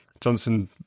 Johnson